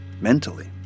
mentally